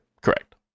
correct